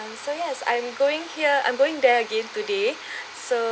so yes I'm going here I'm going there again today so